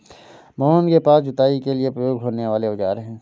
मोहन के पास जुताई के लिए प्रयोग होने वाले औज़ार है